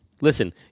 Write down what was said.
Listen